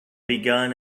begun